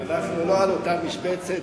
אנחנו לא על אותה משבצת,